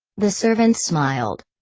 the servant smiled.